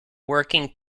working